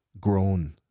grown